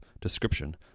description